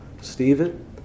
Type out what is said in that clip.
Stephen